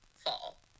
fall